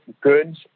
goods